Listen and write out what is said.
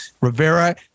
Rivera